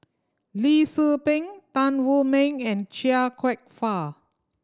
Lee Tzu Pheng Tan Wu Meng and Chia Kwek Fah